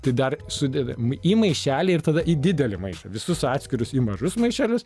tai dar sudeda į maišelį ir tada į didelį maišą visus atskirus į mažus maišelius